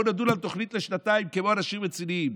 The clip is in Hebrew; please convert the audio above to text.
בואו נדון על תוכנית לשנתיים כמו אנשים רציניים.